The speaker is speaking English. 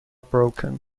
broken